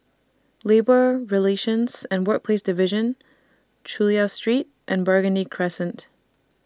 Labour Relations and Workplaces Division Chulia Street and Burgundy Crescent